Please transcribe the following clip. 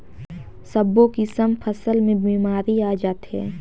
सब्बो किसम फसल मे बेमारी आ जाथे